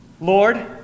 Lord